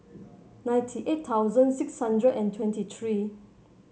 ninety eight thousand six hundred and twenty three